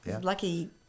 Lucky